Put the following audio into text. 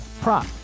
prop